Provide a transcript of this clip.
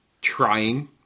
trying